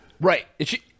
right